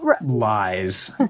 lies